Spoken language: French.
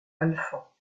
alphand